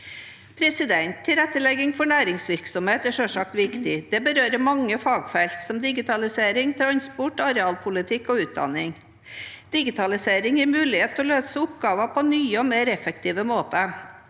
ønsker. Tilrettelegging for næringsvirksomhet er selvsagt viktig. Det berører mange fagfelt, som digitalisering, transport, arealpolitikk og utdanning. Digitalisering gir mulighet til å løse oppgaver på nye og mer effektive måter.